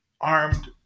armed